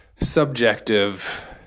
subjective